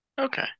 Okay